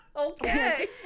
Okay